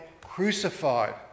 crucified